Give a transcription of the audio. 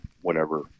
whenever